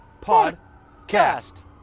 podcast